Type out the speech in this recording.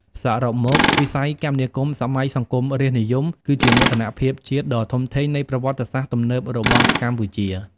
សរុបមក វិស័យគមនាគមន៍សម័យសង្គមរាស្ត្រនិយមគឺជាមោទនភាពជាតិដ៏ធំធេងនៃប្រវត្តិសាស្ត្រទំនើបរបស់កម្ពុជា។